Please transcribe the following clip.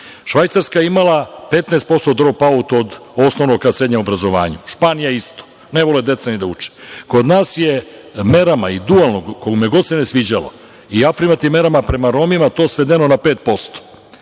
Švajcarska je imala 15% drop out od osnovnog ka srednjem obrazovanju, Španija isto. Ne vole deca da uče. Kod nas je merama i dualnog i kome god se ne sviđalo i afirmativnim merama prema Romima to svedeno na 5%.